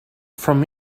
from